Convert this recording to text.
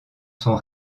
son